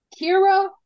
Kira